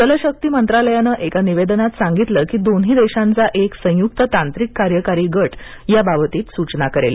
जल शक्ति मंत्रालयानं एका निवेदनात सांगितलं की दोन्ही देशांचा एक संयुक्त तांत्रिक कार्यकारी गट या बाबतीत सूचना करेल